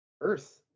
earth